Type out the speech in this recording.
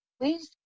please